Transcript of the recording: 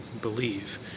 believe